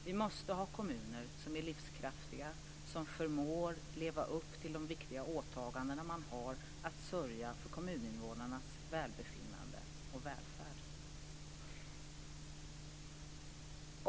Vi måste ha kommuner som är livskraftiga, som förmår leva upp till de viktiga åtaganden man har: att sörja för kommuninvånarnas välbefinnande och välfärd.